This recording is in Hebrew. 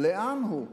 לאן הוא?